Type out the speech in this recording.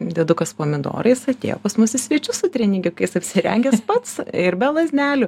dėdukas pomidorais atėjo pas mus į svečius su treningiukais apsirengęs pats ir be lazdelių